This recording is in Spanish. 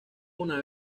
una